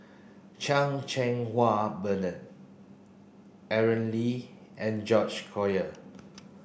Chan Cheng Wah Bernard Aaron Lee and George Collyer